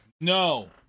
no